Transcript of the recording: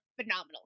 phenomenal